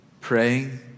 praying